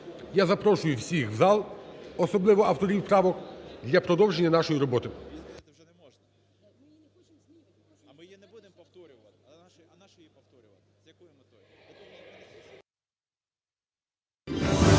я запрошую всіх у зал, особливо авторів правок, для продовження нашої роботи.